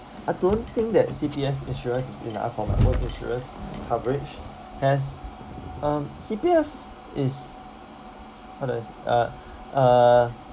I don't think that C_P_F insurance is enough for my own insurance coverage as um C_P_F is how do I s~ uh uh